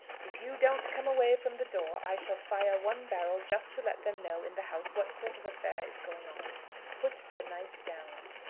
if you don't come away from the door i shall fire one barrel just to let them know in the house what sort of affair is going on put the knife down.